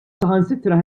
saħansitra